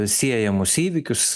siejamus įvykius